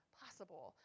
possible